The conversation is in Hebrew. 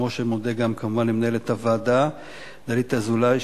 כמו שאני גם מודה כמובן למנהלת הוועדה דלית אזולאי,